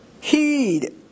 heed